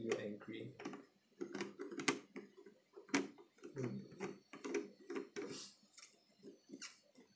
you angry mm